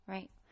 Right